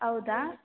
ಹೌದಾ